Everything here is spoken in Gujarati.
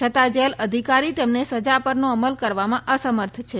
છતાં જેલ અધીકારી તેમણે સજા પરનો અમલ કરવામાં અસમર્થ છે